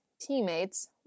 teammates